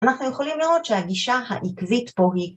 אנחנו יכולים לראות שהגישה העקבית פה היא